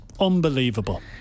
Unbelievable